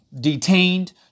detained